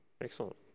Excellent